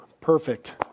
Perfect